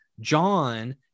John